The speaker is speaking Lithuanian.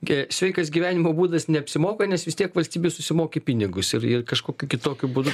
gi sveikas gyvenimo būdas neapsimoka nes vis tiek valstybei susimoki pinigus ir ir kažkokiu kitokiu būdu